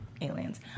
aliens